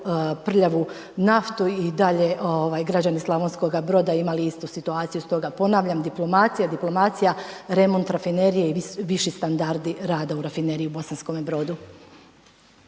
prljavu naftu i dalje građani Slavonskoga Broda imali istu situaciju. Stoga ponavljam, diplomacija, diplomacija, remont, rafinerija i viši standardi rada u rafineriji u Bosanskome Brodu.